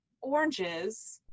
oranges